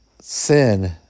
Sin